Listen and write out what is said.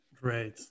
Great